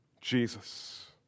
Jesus